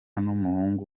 n’umuhungu